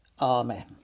Amen